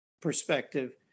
perspective